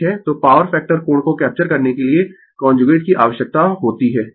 तो power factor कोण को कैप्चर करने के लिए कांजुगेट की आवश्यकता होती है ठीक है